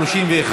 31,